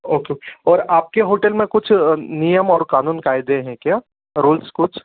OQ और आपके hotel में कुछ नियम और क़ानून क़ायदे हैं क्या रूल्स कुछ